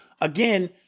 again